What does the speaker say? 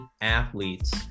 athletes